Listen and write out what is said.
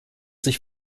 sich